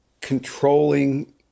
controlling